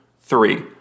three